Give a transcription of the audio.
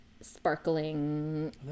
sparkling